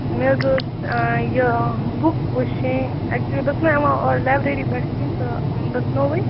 مےٚ حظ ٲس یہِ بُک وٕچھِنۍ ایکچُلی بہٕ ٲسٕس نہ یِوان اور لایبریٚری پٮ۪ٹھ کیٚنٛہہ تہٕ بہٕ ٲسٕس نوٕے